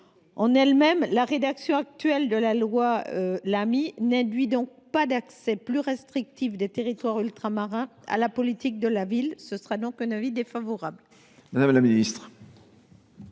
l’Hexagone. La rédaction actuelle de la loi Lamy, n’induit donc pas un accès plus restrictif des territoires ultramarins à la politique de la ville : avis défavorable.